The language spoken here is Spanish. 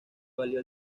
valió